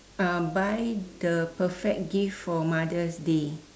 um buy the perfect gift for mother's day